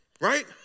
right